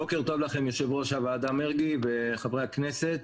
בוקר טוב לכם, יושב-ראש הוועדה מרגי וחברי הכנסת.